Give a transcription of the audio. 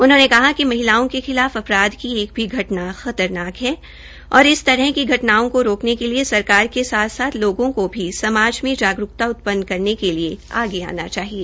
उन्होंने कहा कि महिलाओं के खिलाफ अपराध की एक भी घटना खतरनाक है औ इस तरह की घटनाओं को रोकने के लिए सरकार के साथ साथ लोगों को भी समाज में जागरूकता उत्पन करने के लिए आगे आना चाहिए